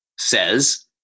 says